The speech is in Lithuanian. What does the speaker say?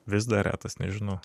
vis dar retas nežinau